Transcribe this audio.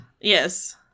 Yes